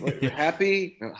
happy